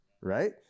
Right